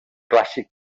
clàssic